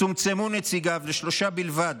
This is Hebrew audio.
צומצמו נציגיו לשלושה בלבד,